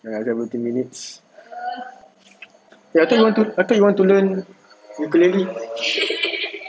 another seventeen minutes eh I thought I thought you want to learn ukulele